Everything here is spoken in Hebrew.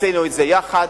עשינו את זה יחד,